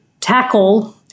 tackle